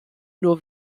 nur